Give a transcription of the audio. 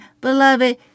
Beloved